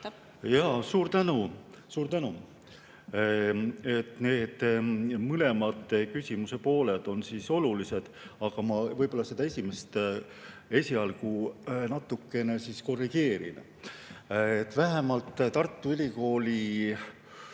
Suur tänu! Suur tänu! Need mõlemad küsimuse pooled on olulised, aga ma võib-olla seda esimest esialgu natukene korrigeerin. Vähemalt Tartu Ülikooli